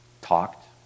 talked